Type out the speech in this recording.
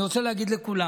ואני רוצה להגיד לכולם: